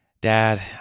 Dad